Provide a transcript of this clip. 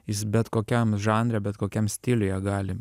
jis bet kokiam žanre bet kokiam stiliuje gali